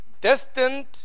Destined